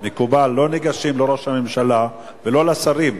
מקובל, לא ניגשים לראש הממשלה ולא לשרים.